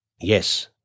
Yes